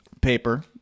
paper